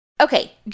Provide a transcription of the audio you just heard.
Okay